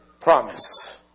promise